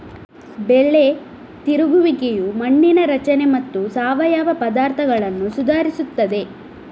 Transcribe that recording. ಬೆಳೆ ತಿರುಗುವಿಕೆಯು ಮಣ್ಣಿನ ರಚನೆ ಮತ್ತು ಸಾವಯವ ಪದಾರ್ಥಗಳನ್ನು ಸುಧಾರಿಸುತ್ತದೆ